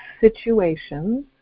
situations